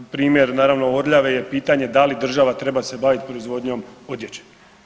Primjer, naravno, Orljave je pitanje da li država treba se baviti proizvodnjom odjeće.